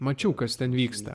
mačiau kas ten vyksta